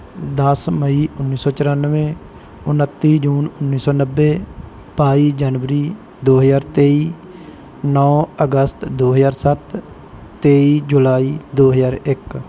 ਦਸ ਮਈ ਉੱਨੀ ਸੌ ਚੁਰਾਨਵੇਂ ਉਨੱਤੀ ਜੂਨ ਉੱਨੀ ਸੌ ਨੱਬੇ ਬਾਈ ਜਨਵਰੀ ਦੋ ਹਜ਼ਾਰ ਤੇਈ ਨੌਂ ਅਗਸਤ ਦੋ ਹਜ਼ਾਰ ਸੱਤ ਤੇਈ ਜੁਲਾਈ ਦੋ ਹਜ਼ਾਰ ਇੱਕ